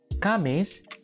Kamis